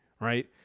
right